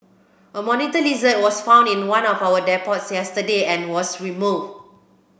a monitor lizard was found in one of our depots yesterday and was removed